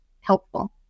helpful